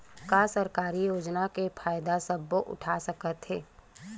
का सरकारी योजना के फ़ायदा सबो उठा सकथे?